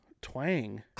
twang